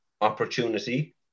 opportunity